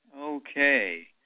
Okay